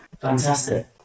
Fantastic